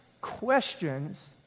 questions